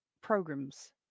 programs